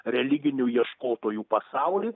religinių ieškotojų pasaulį